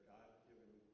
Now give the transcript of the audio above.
God-given